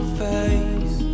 face